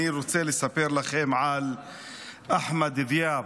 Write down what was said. אני רוצה לספר לכם על אחמד דיאב,